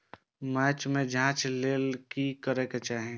मैट के जांच के लेल कि करबाक चाही?